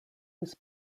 was